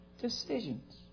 decisions